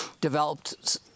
developed